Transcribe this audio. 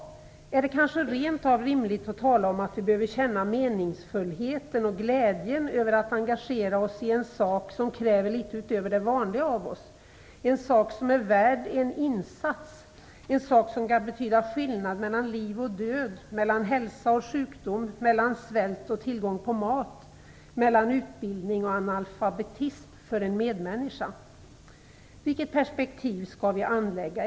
Är det kanske rent av rimligt att tala om att vi behöver känna meningsfullheten och glädjen över att engagera oss i en sak som kräver litet utöver det vanliga av oss, en sak som är värd en insats, en sak som kan betyda skillnad mellan liv och död, mellan hälsa och sjukdom, mellan svält och tillgång på mat, mellan utbildning och analfabetism för en medmänniska? Vilket perspektiv skall vi anlägga?